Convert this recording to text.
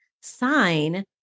sign